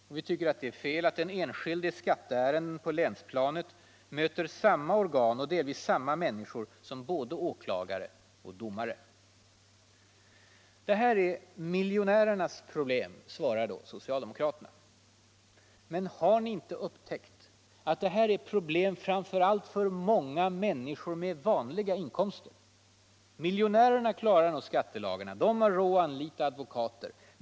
Och vi tycker det är fel att den enskilde i skatteärenden på länsplanet möter samma organ och delvis samma människor som både åklagare och domare. Det här är ”miljonärernas problem”, svarar då socialdemokraterna. Men har ni inte upptäckt att det är problem framför allt för många människor med vanliga inkomster? Miljonärerna klarar nog skattelagarna. De har råd att anlita advokater.